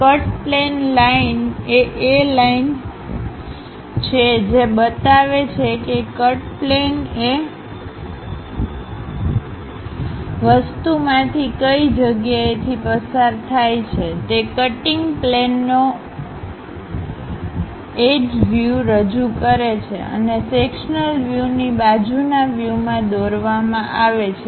cut plane line એ એ line છે જે બતાવે છે કે કટ પ્લેન એ વસ્તુમાંથી કઈ જગ્યાએથી પસાર થાય છેતે કટીંગ પ્લેન નો એડ્જ વ્યુરજૂ કરે છે અને સેક્શનલ વ્યુની બાજુના વ્યુમાં દોરવમાં આવે છે